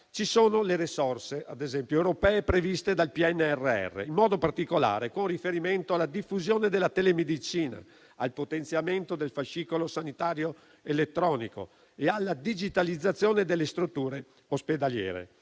ci sono le risorse, ad esempio quelle europee previste dal PNRR, in modo particolare con riferimento alla diffusione della telemedicina, al potenziamento del fascicolo sanitario elettronico e alla digitalizzazione delle strutture ospedaliere.